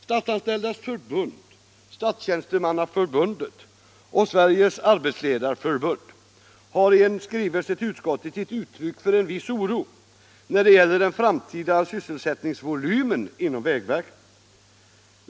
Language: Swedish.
Statsanställdas förbund, Statstjänstemannaförbundet och Sveriges arbetsledareförbund har i skrivelse till utskottet gett uttryck för en viss oro när det gäller den framtida sysselsättningsvolymen inom vägverket.